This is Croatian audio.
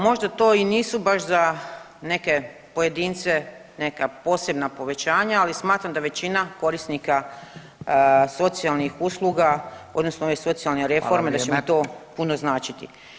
Možda to i nisu baš za neke pojedince neka posebna povećanja, ali smatram da većina korisnika socijalnih usluga odnosno ove socijalne reforme [[Upadica: Hvala, vrijeme.]] da će im to puno značiti.